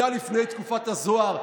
זה היה לפני תקופת הזוהר,